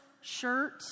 shirt